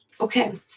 Okay